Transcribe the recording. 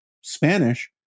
Spanish